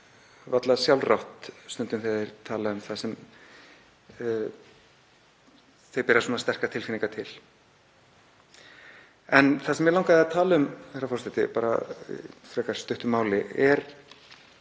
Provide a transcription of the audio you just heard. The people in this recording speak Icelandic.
mönnum varla sjálfrátt stundum þegar þeir tala um það sem þeir bera sterkar tilfinningar til. Það sem mig langaði að tala um, herra forseti, í frekar stuttu máli er